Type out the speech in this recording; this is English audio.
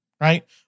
right